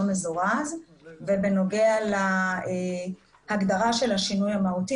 מזורז ובנוגע להגדרה של השינוי המהותי.